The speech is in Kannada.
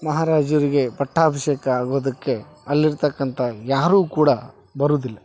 ಮಹಾರಾಜರಿಗೆ ಪಟ್ಟಾಭಿಷೇಕ ಆಗೋದಕ್ಕೆ ಅಲ್ಲಿರ್ತಕ್ಕಂಥ ಯಾರು ಕೂಡ ಬರುದಿಲ್ಲ